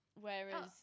Whereas